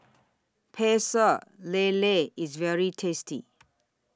Pecel Lele IS very tasty